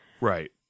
Right